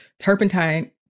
turpentine